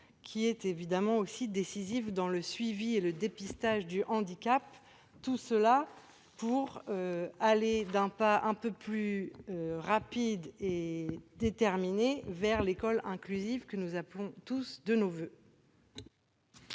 qui est évidemment aussi décisive dans le suivi et le dépistage du handicap, tout cela pour aller d'un pas un peu plus rapide et déterminé vers l'école inclusive que nous appelons tous de nos voeux.